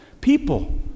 people